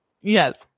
Yes